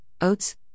oats